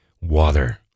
Water